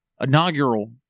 inaugural